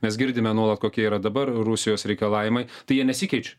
nes girdime nuolat kokie yra dabar rusijos reikalavimai tai jie nesikeičia